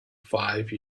five